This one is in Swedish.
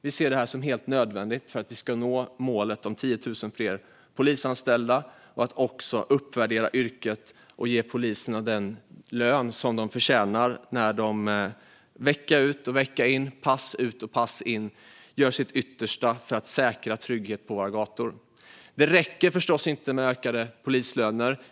Vi ser det som helt nödvändigt för att nå målet om 10 000 fler polisanställda och för att uppvärdera yrket och ge poliserna den lön de förtjänar när de vecka ut och vecka in, pass ut och pass in, gör sitt yttersta för att säkra tryggheten på våra gator. Det räcker förstås inte med ökade polislöner.